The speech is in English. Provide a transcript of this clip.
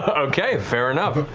ah okay, fair enough.